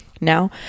now